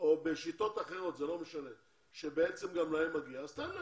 או בשיטות אחרות שגם להם מגיע, תן להם.